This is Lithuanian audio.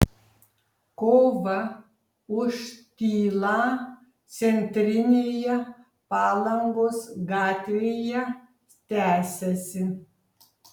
kova už tylą centrinėje palangos gatvėje tęsiasi